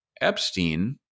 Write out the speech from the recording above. Epstein